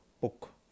book